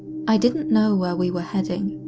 i didn't know where we were heading.